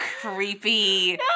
creepy